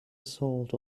assault